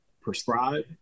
prescribe